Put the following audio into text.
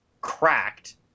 cracked